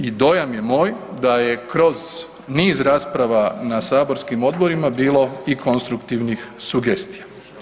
I dojam je moj da je kroz niz rasprava na saborskim odborima bilo i konstruktivnih sugestija.